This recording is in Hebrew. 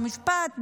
חוק ומשפט,